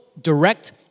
direct